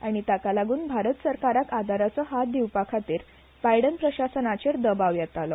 आनी ताका लागून भारत सरकाराक आदाराचो हात दिवपा खातीर बायडन प्रशासनाचेर दबाव येतालो